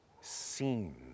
seen